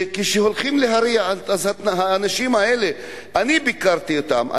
כשהולכים להרע, אז האנשים האלה, אני ביקרתי אותם.